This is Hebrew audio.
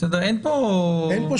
אין פה שינוי.